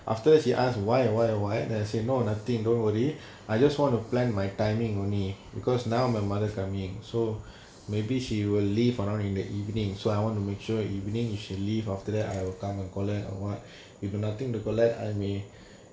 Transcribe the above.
after that she ask you why why why there's she know nothing don't worry I just want to plan my timing only because now my mother coming so maybe she will leave on in the evening so I wand to make sure evening she leave after that I will come and collect or what we've been nothing to collect I may